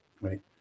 right